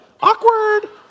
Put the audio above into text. awkward